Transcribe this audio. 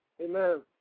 Amen